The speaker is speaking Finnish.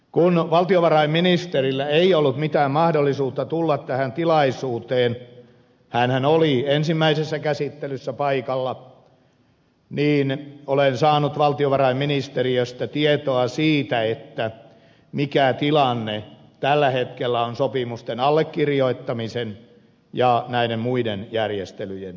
kun valtiovarainministerillä ei ollut mitään mahdollisuutta tulla tähän tilaisuuteen hänhän oli ensimmäisessä käsittelyssä paikalla olen saanut valtiovarainministeriöstä tietoa siitä mikä tilanne tällä hetkellä on sopimusten allekirjoittamisen ja näiden muiden järjestelyjen suhteen